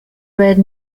red